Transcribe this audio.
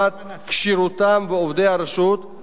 באמצעות הכשרות, אימונים וציוד הולמים,